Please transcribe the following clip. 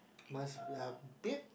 must yeah a bit